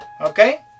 okay